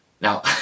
Now